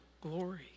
glory